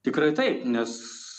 tikrai taip nes